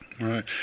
Right